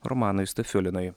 romanui stafiulinui